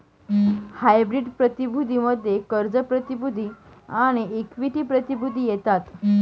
hybrid प्रतिभूती मध्ये कर्ज प्रतिभूती आणि इक्विटी प्रतिभूती येतात